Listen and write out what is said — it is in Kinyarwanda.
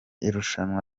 irushanwa